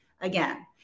again